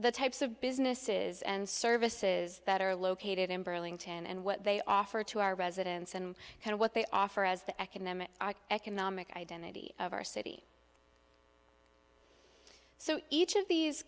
the types of businesses and services that are located in burlington and what they offer to our residents and what they offer as the economic economic identity of our city so each of these